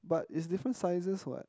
but is different sizes what